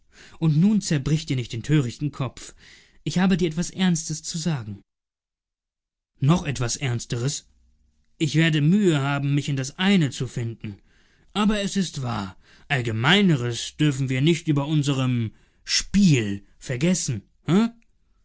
und nun zerbrich dir nicht den törichten kopf ich habe dir etwas ernstes zu sagen noch etwas ernsteres ich werde mühe haben mich in das eine zu finden aber es ist wahr allgemeineres dürfen wir nicht über unserem spiel vergessen